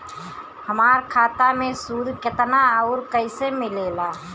हमार खाता मे सूद केतना आउर कैसे मिलेला?